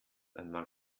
einmal